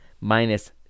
minus